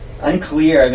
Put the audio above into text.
Unclear